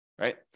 right